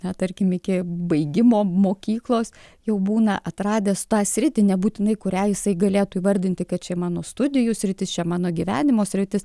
na tarkim iki baigimo mokyklos jau būna atradęs tą sritį nebūtinai kurią jisai galėtų įvardinti kad čia mano studijų sritis čia mano gyvenimo sritis